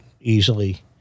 easily